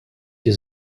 die